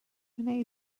wnei